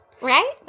Right